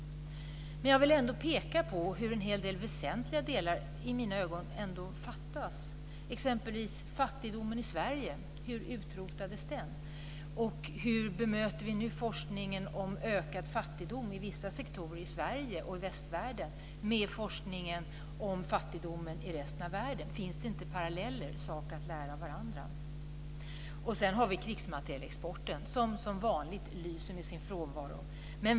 Men jag vill ändå peka på hur en hel del i mina ögon väsentliga delar fattas, exempelvis fattigdomen i Sverige. Hur utrotades den? Och hur möter nu forskningen om ökad fattigdom i vissa sektorer i Sverige och i västvärlden forskningen om fattigdomen i resten av världen? Finns det inte paralleller, saker att lära varandra? Dessutom har vi krigsmaterielexporten. Den lyser som vanligt med sin frånvaro.